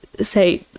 say